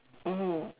mmhmm